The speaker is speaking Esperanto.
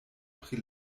pri